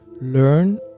learn